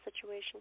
situation